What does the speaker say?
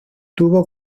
tuvo